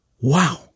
wow